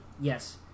Yes